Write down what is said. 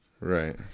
Right